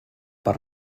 per